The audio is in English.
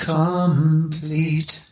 complete